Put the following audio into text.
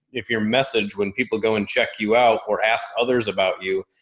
if your message when people go and check you out or ask others about you,